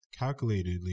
calculatedly